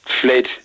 fled